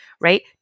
right